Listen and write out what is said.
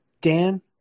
Dan